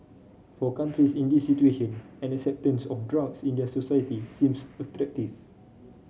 for countries in these situation an acceptance of drugs in their societies seems attractive